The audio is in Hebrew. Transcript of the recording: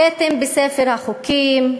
כתם בספר החוקים,